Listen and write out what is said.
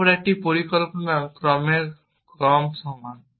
তারপর একটি পরিকল্পনা কর্মের ক্রম সমান